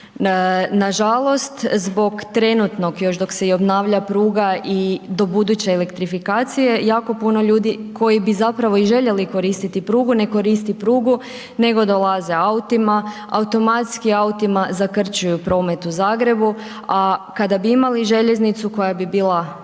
Nažalost zbog trenutno, još dok se i obnavlja i pruga i do buduće elektrifikacije, jako puno ljudi koji bi zapravo i željeli koristiti prugu, ne koristi prugu nego dolaze autima, automatski autima zakrčuju promet u Zagrebu a kada bi imala željeznicu koja bi bila brza